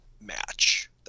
match